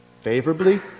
favorably